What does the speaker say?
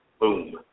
boom